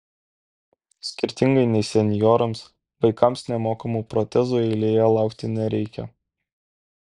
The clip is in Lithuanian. skirtingai nei senjorams vaikams nemokamų protezų eilėje laukti nereikia